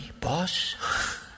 boss